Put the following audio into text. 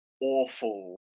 awful